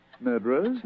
murderers